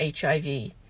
HIV